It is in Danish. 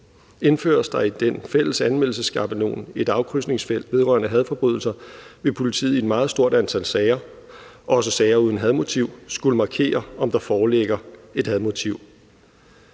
Indføres der i den fælles anmeldelsesskabelon et afkrydsningsfelt vedrørende hadforbrydelser, vil politiet i et meget stort antal sager, også sager uden hadmotiv, skulle markere, om der foreligger et hadmotiv.